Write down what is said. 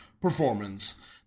performance